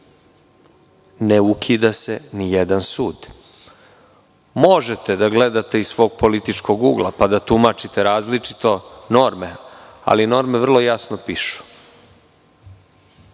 Ne ukida se nijedan sud. Možete da gledate iz svog političkog ugla, pa da tumačite različito norme, ali norme vrlo jasno pišu. Da